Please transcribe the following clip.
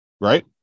right